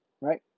right